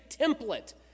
template